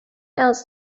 else